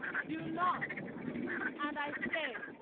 do not and i say,